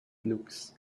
looks